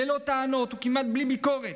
ללא טענות וכמעט בלי ביקורת,